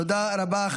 תודה רבה.